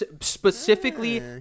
Specifically